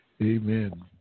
Amen